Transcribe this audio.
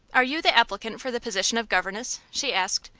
are you the applicant for the position of governess? she asked,